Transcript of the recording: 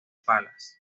palas